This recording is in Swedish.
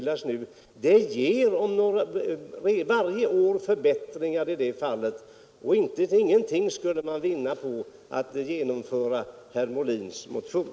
Det ger varje år förbättringar. Däremot skulle man inte vinna någonting på att genomföra herr Molins motion.